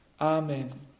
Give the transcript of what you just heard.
Amen